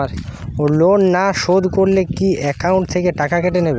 Loan না শোধ করলে কি একাউন্ট থেকে টাকা কেটে নেবে?